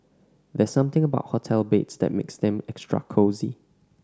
there's something about hotel beds that makes them extra cosy